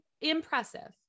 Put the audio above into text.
impressive